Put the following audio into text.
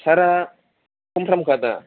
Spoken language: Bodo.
सारा कमफ्रामखादा